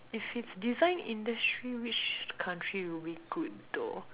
if it's design industry which country will be good though